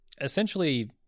essentially